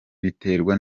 biterwa